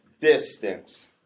distance